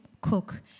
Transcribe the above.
cook